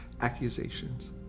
accusations